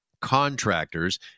contractors